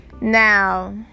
Now